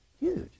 huge